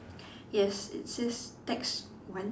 yes it says tax one